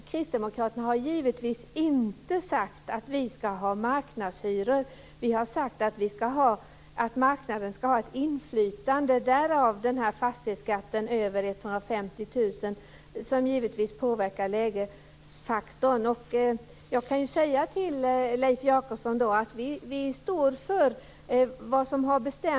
Kristdemokraterna har givetvis inte sagt att det ska vara marknadshyror. Vi har sagt att marknaden ska ha ett inflytande - därav fastighetsskatten över 150 000 kr, som givetvis påverkar lägesfaktorn. Jag kan säga till Leif Jakobsson att vi står för vad som har bestämts.